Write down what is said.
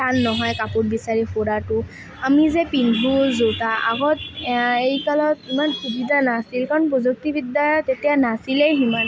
টান নহয় কাপোৰ বিচাৰি ফুৰাটো আমি যে পিন্ধো জোতা আগত ইমান সুবিধা নাছিল কাৰণ প্ৰযুক্তিবিদ্যা তেতিয়া নাছিলেই সিমান